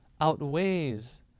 outweighs